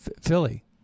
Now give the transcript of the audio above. Philly